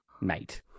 Mate